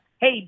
hey